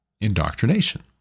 indoctrination